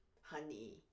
Honey